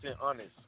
honest